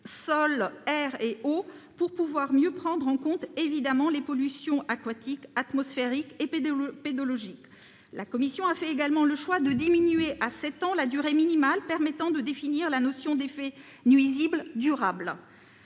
sols, l'air et l'eau, pour pouvoir mieux prendre en compte les pollutions aquatiques, atmosphériques et pédologiques. La commission a en outre fait le choix de ramener à sept ans la durée minimale permettant de définir la notion d'effets nuisibles durables.